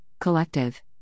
collective